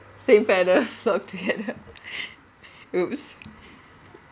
same feathers flock together !oops!